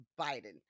Biden